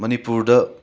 ꯃꯅꯤꯄꯨꯔꯗ